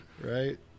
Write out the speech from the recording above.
right